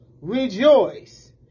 rejoice